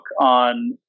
on